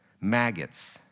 Maggots